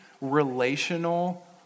relational